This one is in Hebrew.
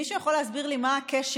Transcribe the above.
מישהו יכול להסביר לי מה הקשר